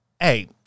hey